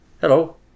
Hello